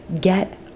get